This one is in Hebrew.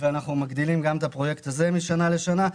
גם את הפרויקט הזה אנחנו מגדילים משנה לשנה.